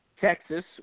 Texas